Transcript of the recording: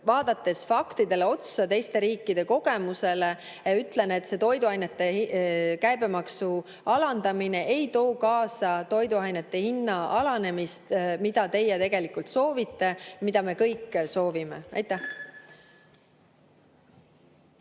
vaadates faktidele otsa ja teiste riikide kogemusele, ütlen, et see toiduainete käibemaksu alandamine ei too kaasa toiduainete hinna alanemist, mida teie soovite ja mida me kõik soovime. Palun,